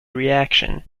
reaction